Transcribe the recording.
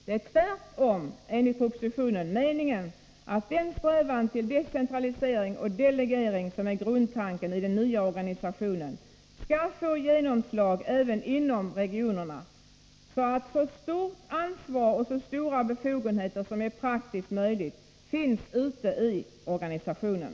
Det är tvärtom enligt propositionen meningen att den strävan till decentralisering och delegering som är grundtanken i den nya organisationen skall få genomslag även inom Nr 45 regionerna, så att så stort ansvar och så stora befogenheter som är praktiskt Tisdagen den möjligt finns ute i organisationen.